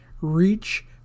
reach